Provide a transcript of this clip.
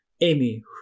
amy